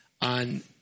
on